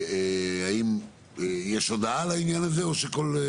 האם יש הודעה על העניין הזה או שכל?